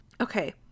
Okay